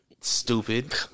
stupid